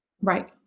Right